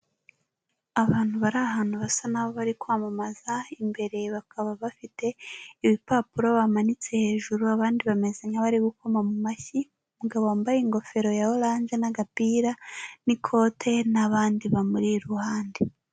Abantu bari ahantu basa naho bari kwamamaza, imbere bakaba bafite ibipapuro bamanitse hejuru abandi bameze nkabari gukoma mu mashyi, umugabo wambaye ingofero ya oranje n'agapira n'ikote n'abandi bamuri iruhande.